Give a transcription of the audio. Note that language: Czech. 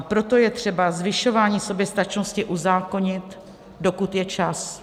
Proto je třeba zvyšování soběstačnosti uzákonit, dokud je čas.